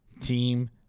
team